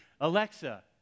Alexa